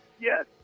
yes